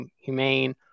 humane